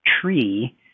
tree